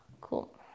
Cool